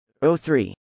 O3